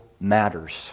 matters